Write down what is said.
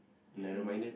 ya